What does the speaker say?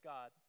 God